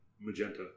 magenta